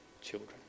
children